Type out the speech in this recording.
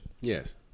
Yes